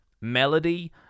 melody